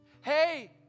Hey